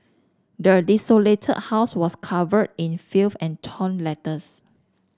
the desolated house was covered in filth and torn letters